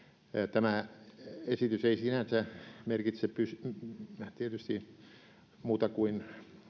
tämä esitys ei sinänsä merkitse tietysti muuta kuin